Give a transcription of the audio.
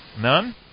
None